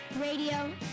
radio